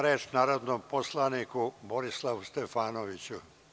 Reč ima narodni poslanik Borislav Stefanović.